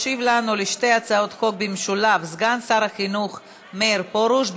ישיב לנו על שתי הצעות החוק במשולב סגן שר החינוך מאיר פרוש,